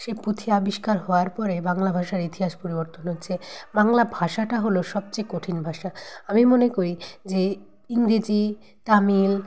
সেই পুঁথি আবিষ্কার হওয়ার পরে বাংলা ভাষার ইতিহাস পরিবর্তন হচ্ছে বাংলা ভাষাটা হলো সবচেয়ে কঠিন ভাষা আমি মনে করি যে ইংরেজি তামিল